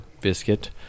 biscuit